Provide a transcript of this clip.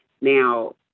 Now